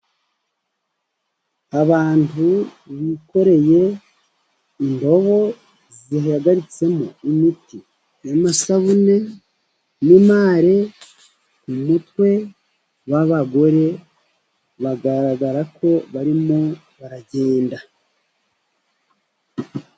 Abantu bikoreye indobo zihagaritsemo imiti y'amasabune, n'imare k'umutwe w'abagore bagaragara ko barimo baragenda.